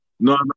No